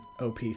OP